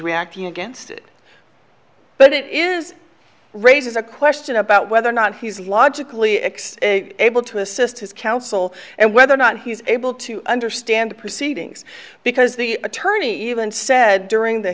reacting against it but it is raises a question about whether or not he's logically able to assist his counsel and whether or not he's able to understand the proceedings because the attorney even said during the